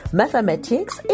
mathematics